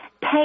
pay